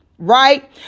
right